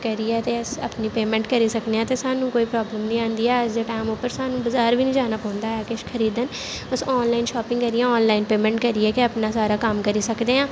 करियै ते अस अपनी पेमैंट करी सकने आं ते सानूं कोई प्राब्लम निं आंदी ऐ अज्ज दे टैम उप्पर सानूं बजार बी ना जान पौंदा ऐ किश खरीदन तुस आनलाइन शापिंग करियै आनलाइन पेमैंट करियै गै अपना सारा कम्म करी सकदे आं